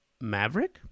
Maverick